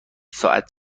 ساعت